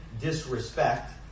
disrespect